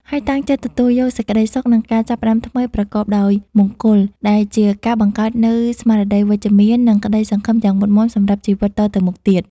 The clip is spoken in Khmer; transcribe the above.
ហើយតាំងចិត្តទទួលយកសេចក្តីសុខ និងការចាប់ផ្តើមថ្មីប្រកបដោយមង្គល ដែលជាការបង្កើតនូវស្មារតីវិជ្ជមាន និងក្តីសង្ឃឹមយ៉ាងមុតមាំសម្រាប់ជីវិតតទៅមុខទៀត។